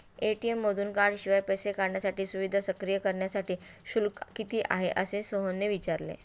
ATM मधून कार्डशिवाय पैसे काढण्याची सुविधा सक्रिय करण्यासाठी शुल्क किती आहे, असे सोहनने विचारले